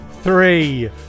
three